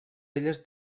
elles